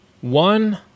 one